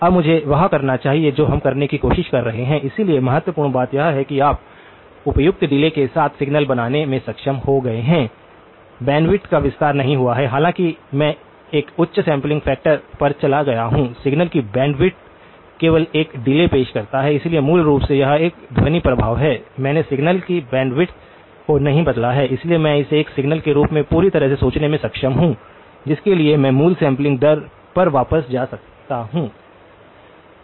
अब मुझे वह करना चाहिए जो हम करने की कोशिश कर रहे हैं इसलिए महत्वपूर्ण बात यह है कि आप उपयुक्त डिले के साथ सिग्नल बनाने में सक्षम हो गए हैं बैंडविड्थ का विस्तार नहीं हुआ है हालांकि मैं एक उच्च सैंपलिंग फैक्टर पर चला गया हूं सिग्नल की बैंडविड्थ केवल एक डिले पेश किया है इसलिए मूल रूप से यह एक ध्वनिक प्रभाव है मैंने सिग्नल की बैंडविड्थ को नहीं बदला है इसलिए मैं इसे एक सिग्नल के रूप में पूरी तरह से सोचने में सक्षम हूं जिसके लिए मैं मूल सैंपलिंग दर पर वापस जा सकता हूं